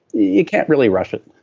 you can't really rush it.